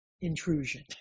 intrusion